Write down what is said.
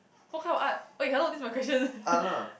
what kind of art !oi! hello this's my question